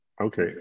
Okay